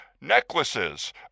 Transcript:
necklaces